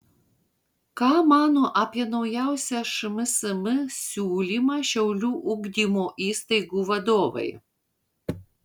ką mano apie naujausią šmsm siūlymą šiaulių ugdymo įstaigų vadovai